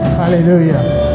hallelujah